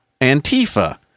Antifa